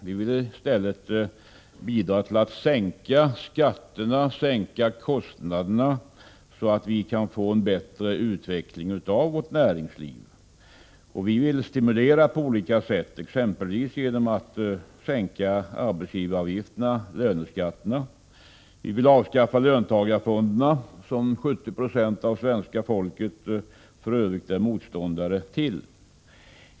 Vi vill i stället bidra till en sänkning av skatterna, dvs. av företagens kostnader, så att vi kan få en bättre utveckling av vårt näringsliv. Vi vill dessutom stimulera på olika sätt — exempelvis genom att sänka arbetsgivaravgifterna, löneskatterna. Vi vill avskaffa löntagarfonderna, som 70 96 av svenska folket för Övrigt är motståndare till.